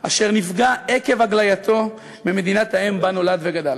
אשר נפגע עקב הגלייתו ממדינת האם שבה נולד וגדל.